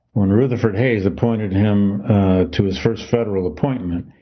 when rutherford hayes appointed him to his first federal appointment,